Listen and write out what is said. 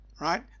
right